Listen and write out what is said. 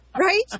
Right